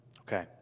okay